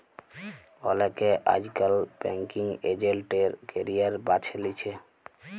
অলেকে আইজকাল banking agent এর ক্যারিয়ার বাছে লিছে